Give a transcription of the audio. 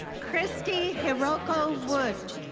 kristie hiroko wood.